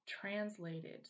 translated